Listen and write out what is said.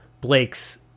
blake's